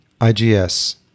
IGS